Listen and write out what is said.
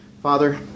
Father